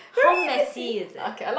how messy is it